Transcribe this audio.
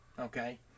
okay